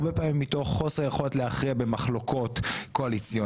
הרבה פעמים מתוך חוסר יכולת להכריע במחלוקות קואליציוניות,